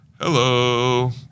Hello